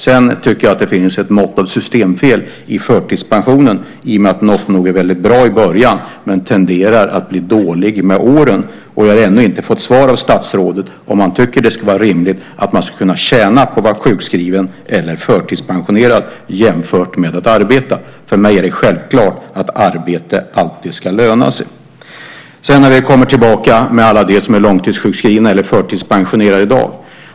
Jag tycker att det finns ett mått av systemfel i förtidspensionen i och med att den ofta nog är bra i början, men tenderar att bli dålig med åren. Jag har ännu inte fått svar av statsrådet på frågan om ifall han tycker att det är rimligt att man ska kunna tjäna på att vara sjukskriven eller förtidspensionerad jämfört med att arbeta. För mig är det självklart att arbete alltid ska löna sig. Sedan kommer vi tillbaka till alla dem som är långtidssjukskrivna eller förtidspensionerade i dag.